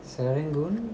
serangoon